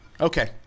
Okay